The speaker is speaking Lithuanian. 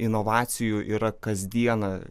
inovacijų yra kasdieną